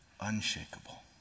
unshakable